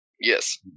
Yes